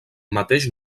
mateix